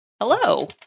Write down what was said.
Hello